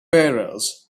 bearers